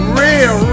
real